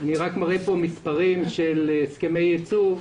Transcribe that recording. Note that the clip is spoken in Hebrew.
אני רק מראה כאן מספרים של הסכמי ייצוב.